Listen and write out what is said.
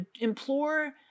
implore